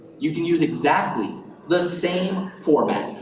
you can use exactly the same format,